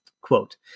Quote